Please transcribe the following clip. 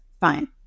Fine